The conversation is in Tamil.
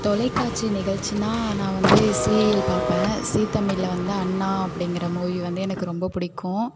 தொலைக்காட்சி நிகழ்ச்சின்னா நான் வந்து சீரியல் பார்ப்பேன் ஜீ தமிழில் வந்து அண்ணா அப்படிங்கிற மூவி வந்து எனக்கு ரொம்ப பிடிக்கும்